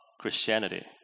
Christianity